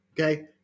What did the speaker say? Okay